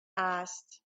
asked